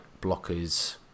blockers